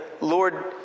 Lord